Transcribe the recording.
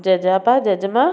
ଜେଜେ ବାପା ଜେଜେ ମା